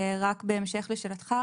רק בהמשך לשאלתך,